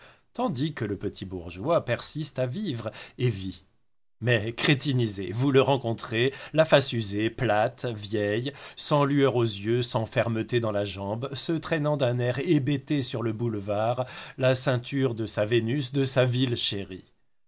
tandis que le petit bourgeois persiste à vivre et vit mais crétinisé vous le rencontrez la face usée plate vieille sans lueur aux yeux sans fermeté dans la jambe se traînant d'un air hébété sur le boulevard la ceinture de sa vénus de sa ville chérie